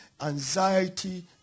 anxiety